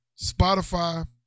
Spotify